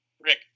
Rick